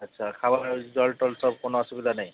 আচ্ছা খাবার জল টল সব কোনো অসুবিধা নেই